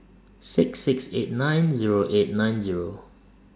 six six eight nine Zero eight nine Zero